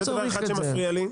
זה דבר אחד שמפריע לי.